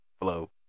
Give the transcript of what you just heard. flow